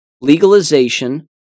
legalization